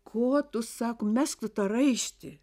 kuo tu sako mesk tu tą raištį